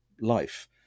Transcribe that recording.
life